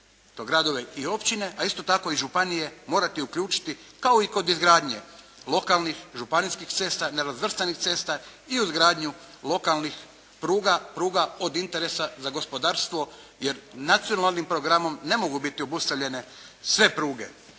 gradovi i općine, a isto tako i županije morati uključiti kao i kod izgradnje, lokalnih, županijskih ceste, nerazvrstanih cesta i o gradnju lokalnih pruga, pruga od interesa za gospodarstvo. Jer nacionalnim programom ne mogu biti obustavljene sve pruge.